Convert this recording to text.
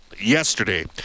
yesterday